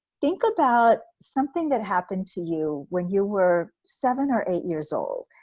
think about something that happened to you when you were seven or eight years old.